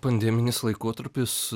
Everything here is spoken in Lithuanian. pandeminis laikotarpis